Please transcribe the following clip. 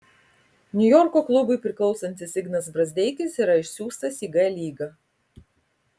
niujorko klubui priklausantis ignas brazdeikis yra išsiųstas į g lygą